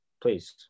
please